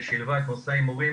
ושילבה את נושא ההימורים